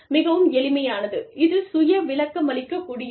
மிகவும் எளிமையானது இது சுய விளக்கமளிக்கக் கூடியது